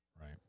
Right